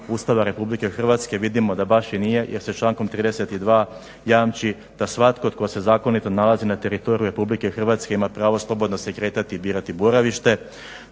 Ustava RH vidimo da baš i nije jer se člankom 32.jamči da svatko tko se zakonito nalazi na teritoriju RH ima pravo slobodno se kretati i birati boravište,